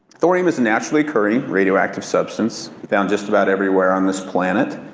thorium is a naturally occurring radioactive substance found just about everywhere on this planet.